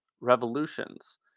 revolutions